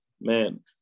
Man